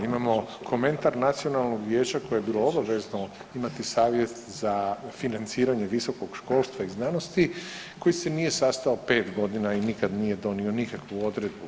Imamo komentar Nacionalnog vijeća koje je bilo obavezno imati Savjet za financiranje visokog školstva i znanosti koji se nije sastao pet godina i nikad nije donio nikakvu odredbu.